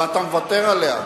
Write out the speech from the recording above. ואתה מוותר עליה.